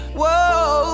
whoa